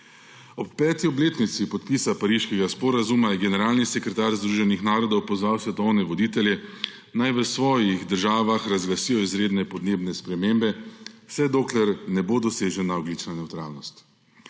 Ob 5. obletnici podpisa pariškega sporazuma je generalni sekretar Združenih narodov pozval svetovne voditelje, naj v svojih državah razglasijo izredne podnebne spremembe, vse dokler ne bo dosežena ogljična nevtralnost.